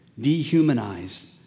dehumanized